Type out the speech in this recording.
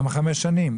למה חמש שנים,